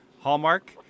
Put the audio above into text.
Hallmark